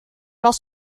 was